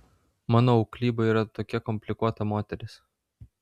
mano auklyba yra tokia komplikuota moteris